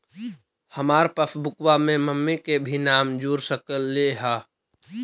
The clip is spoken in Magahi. हमार पासबुकवा में मम्मी के भी नाम जुर सकलेहा?